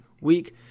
week